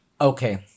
Okay